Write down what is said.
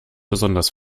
besonders